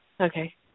Okay